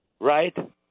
right